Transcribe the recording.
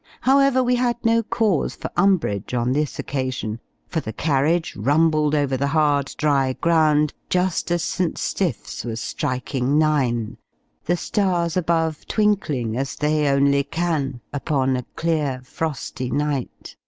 however, we had no cause for umbrage on this occasion for the carriage rumbled over the hard, dry, ground, just as st. stiff's was striking nine the stars above, twinkling, as they only can, upon a clear, frosty night.